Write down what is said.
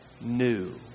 new